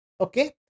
okay